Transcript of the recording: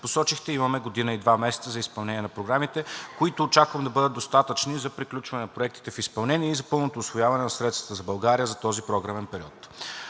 посочихте, имаме година и два месеца за изпълнение на програмите, които очаквам да бъдат достатъчни за приключване на проектите в изпълнение и за пълното усвояване на средствата за България за този програмен период.